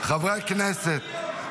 חברי הכנסת,